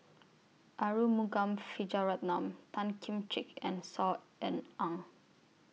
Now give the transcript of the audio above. Arumugam Vijiaratnam Tan Kim Ching and Saw Ean Ang